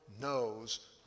knows